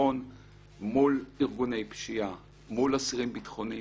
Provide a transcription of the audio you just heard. מול ארגוני פשיעה, מול אסירים ביטחוניים.